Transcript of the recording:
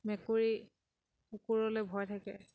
মেকুৰী কুকুৰলৈ ভয় থাকে